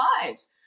lives